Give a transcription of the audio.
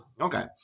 Okay